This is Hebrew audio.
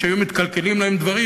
כשהיו מתקלקלים להם דברים,